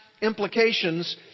implications